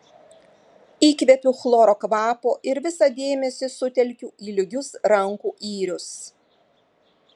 įkvepiu chloro kvapo ir visą dėmesį sutelkiu į lygius rankų yrius